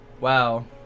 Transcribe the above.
Wow